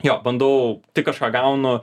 jo bandau tik kažką gaunu